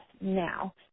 now